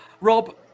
Rob